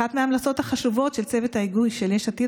אחת מההמלצות החשובות של צוות ההיגוי של יש עתיד